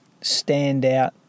standout